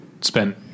spent